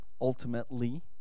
ultimately